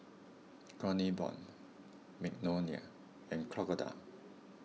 Kronenbourg Magnolia and Crocodile